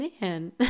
Man